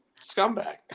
scumbag